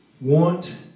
want